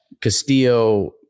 castillo